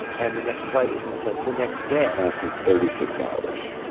and the next flight isn't until the next day that's in thirty six hours